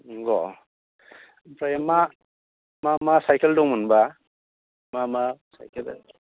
नोंगौ ओमफ्राय मा मा मा साइकेल दंमोन बा मा मा साइकेल